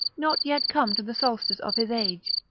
not yet come to the solstice of his age,